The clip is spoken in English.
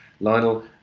Lionel